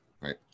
Right